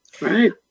Right